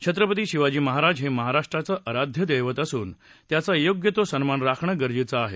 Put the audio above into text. छत्रपती शिवाजी महाराज हे महाराष्ट्राचं आराध्य दैवत असून त्यांचा योग्य तो सन्मान राखणं गरजेचं आहे